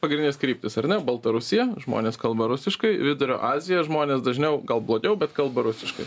pagrindinės kryptys ar ne baltarusija žmonės kalba rusiškai vidurio azija žmonės dažniau gal blogiau bet kalba rusiškai